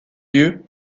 lieu